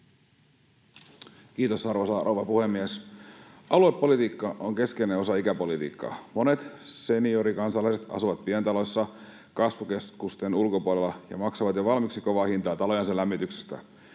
Kiitos, arvoisa rouva puhemies! Aluepolitiikka on keskeinen osa ikäpolitiikkaa. Monet seniorikansalaiset asuvat pientaloissa kasvukeskusten ulkopuolella ja maksavat jo valmiiksi kovaa hintaa talojensa lämmityksestä.